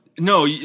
No